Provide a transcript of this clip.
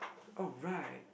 oh right